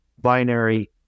binary